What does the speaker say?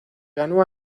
ganó